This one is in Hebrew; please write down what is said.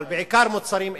אבל בעיקר מוצרים אלה,